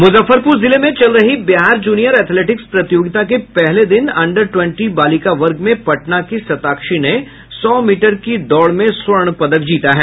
मुजफ्फरपुर जिले में चल रही बिहार जूनियर एथलेटिक्स प्रतियोगिता के पहले दिन अंडर ट्वेंटी बालिका वर्ग में पटना की शताक्षी ने सौ मीटर की दौड़ मे स्वर्ण पदक जीता है